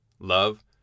love